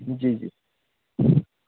जी जी